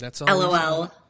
LOL